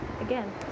Again